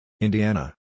Indiana